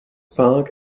park